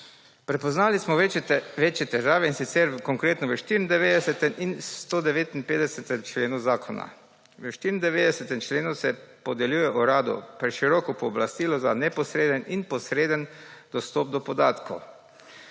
Prepoznali smo večje težave, in sicer konkretno v 94. in 159. členu zakona. V 94. členu se podeljuje Uradu preširoko pooblastilo za neposreden in posreden dostop do podatkov.